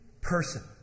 person